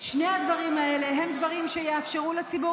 ושני הדברים האלה הם דברים שיאפשרו לציבור